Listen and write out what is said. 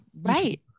right